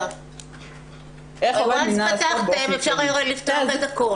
מרגע שפתחתם אפשר לפתוח את הכול.